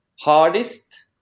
hardest